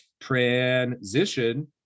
transition